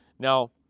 Now